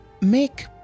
make